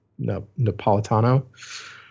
Napolitano